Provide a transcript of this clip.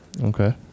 Okay